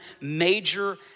major